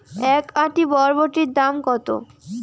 এক আঁটি বরবটির দাম কত?